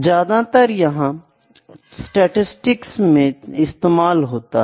ज्यादातर यह स्टैटिसटिक्स में इस्तेमाल होता है